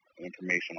information